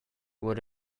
would